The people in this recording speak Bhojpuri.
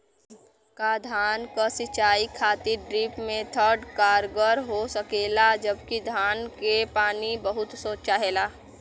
का धान क सिंचाई खातिर ड्रिप मेथड कारगर हो सकेला जबकि धान के पानी बहुत चाहेला?